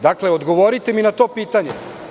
Dakle, odgovorite mi na to pitanje.